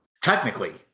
technically